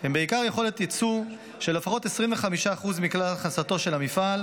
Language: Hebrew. הם בעיקר יכולת יצוא של לפחות 25% מכלל הכנסתו של המפעל,